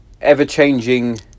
ever-changing